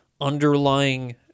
underlying